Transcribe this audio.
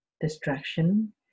distraction